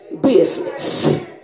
business